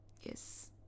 Yes